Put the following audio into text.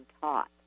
taught